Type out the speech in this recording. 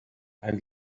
and